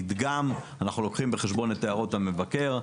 המדגם אנחנו לוקחים בחשבון את הערות המבקר.